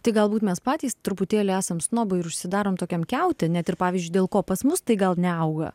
tai galbūt mes patys truputėlį esam snobai ir užsidarom tokiam kiaute net ir pavyzdžiui dėl ko pas mus tai gal neauga